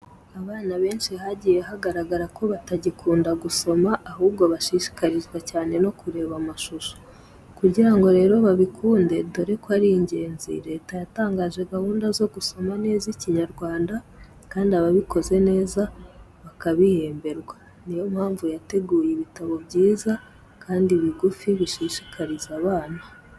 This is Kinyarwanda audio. Abana benshi hagiye hagaragara ko batagikunda gusoma ahubwo bashishikazwa cyane no kureba amashusho. Kugira ngo rero babikunde dore ko ari ngenzi, leta yatangije gahunda zo gusoma neza Ikinyarwanda kandi ababikoze neza bakabihemberwa. Niyo mpamvu yateguye ibitabo byiza kandi bigufi bishishikaza abana.